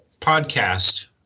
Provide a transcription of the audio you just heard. podcast